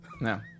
No